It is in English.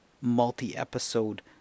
multi-episode